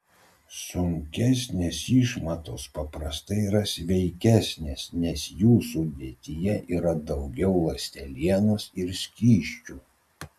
sunkesnės išmatos paprastai yra sveikesnės nes jų sudėtyje yra daugiau ląstelienos ir skysčių